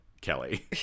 Kelly